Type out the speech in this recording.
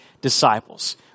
disciples